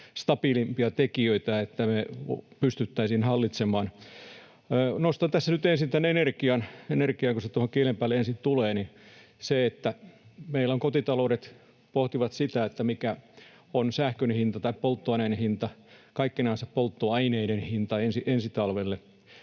stabiilimpia tekijöitä, niin että me pystyttäisiin tätä hallitsemaan. Nostan tässä nyt ensin tämän energian, kun se tuohon kielen päälle ensin tulee: Meillä kotitaloudet pohtivat, mikä on sähkön hinta tai polttoaineen hinta, kaikkenansa polttoaineiden hinta, ensi talvelle.